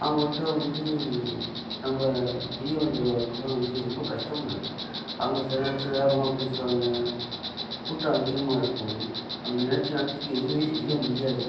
அவங்கள்ட்ட வந்து நம்ம செய்ய வேண்டிய ஒர்க்லாம் வந்து ரொம்ப கஷ்டமாக இருக்குது அவங்க சில நேரத்தில் வேகமாக பேசுவாங்க கூட்டம் அதிகமாக இருக்கும் நம்ம நினச்ச நேரத்துக்கு எதுவுமே செய்ய முடியாது